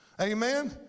amen